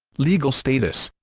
legal status